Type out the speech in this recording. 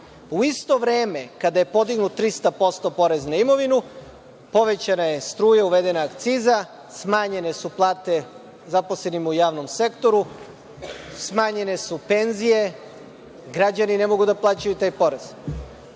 U isto vreme kada je podignut 300% porez na imovinu, povećana je struja, uvedena akciza, smanjene su plate zaposlenima u javnom sektoru, smanjene su penzije, građani ne mogu da plaćaju taj porez.